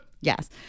yes